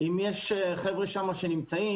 אם יש חבר'ה שם שנמצאים.